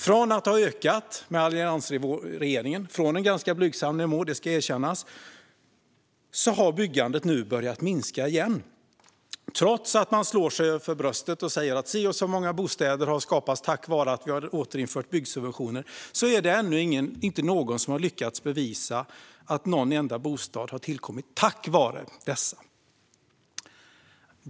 Från att under alliansregeringens tid ha ökat - från en ganska blygsam nivå; det ska erkännas - har byggandet nu börjat minska igen. Trots att man slår sig för bröstet och säger att si och så många bostäder har skapats tack vare att byggsubventioner har återinförts är det ännu inte någon som har lyckats bevisa att någon enda bostad har tillkommit tack vare dessa subventioner.